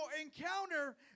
encounter